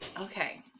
Okay